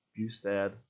Bustad